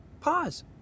Pause